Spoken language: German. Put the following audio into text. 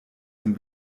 dem